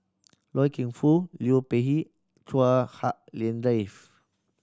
Loy Keng Foo Liu Peihe Chua Hak Lien Dave